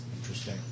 Interesting